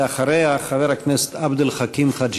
ואחריה, חבר הכנסת עבד אל חכים חאג'